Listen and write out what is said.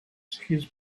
his